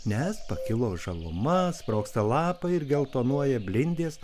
nes pakilos žaluma sprogsta lapai ir geltonuoja blindės